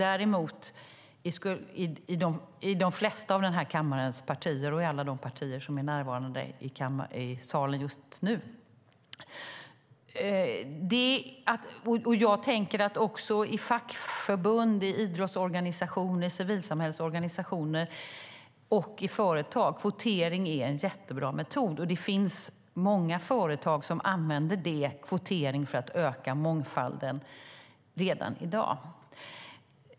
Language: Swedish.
Det har den däremot i de flesta av den här kammarens partier och i alla de partier som är närvarande i salen just nu. Också i fackförbund, i idrottsorganisationer, i civilsamhällsorganisationer och i företag är kvotering en jättebra metod. Det finns många företag som använder kvotering för att öka mångfalden redan i dag.